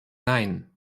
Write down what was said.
nein